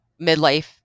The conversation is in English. midlife